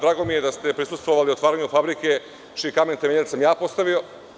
Drago mi je da ste prisustvovali otvaranju fabrike čiji kamen temeljac sam ja postavio.